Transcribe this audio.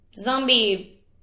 Zombie